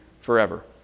forever